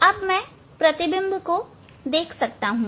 अब मैं प्रतिबिंब को देख सकता हूं